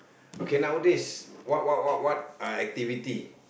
okay nowadays what what what what uh activity